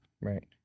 Right